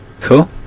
cool